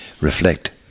reflect